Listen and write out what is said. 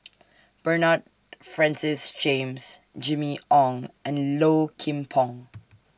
Bernard Francis James Jimmy Ong and Low Kim Pong